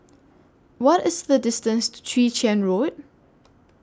What IS The distance to Chwee Chian Road